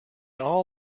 all